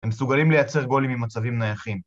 ‫הם מסוגלים לייצר גולים ‫ממצבים נייחים.